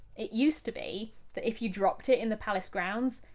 it used to be that if you dropped it in the palace grounds,